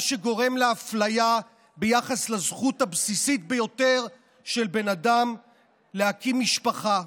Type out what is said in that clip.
מה שגורם לאפליה ביחס לזכות הבסיסית ביותר של בן אדם להקים משפחה.